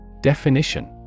Definition